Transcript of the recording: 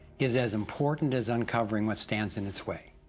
is as important as uncovering, what stands in its way.